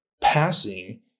passing